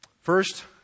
First